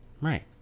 Right